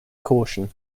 caution